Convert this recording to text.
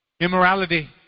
immorality